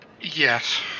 Yes